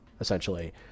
essentially